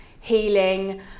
healing